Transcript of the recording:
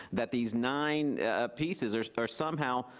that these nine pieces are are somehow,